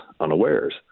unawares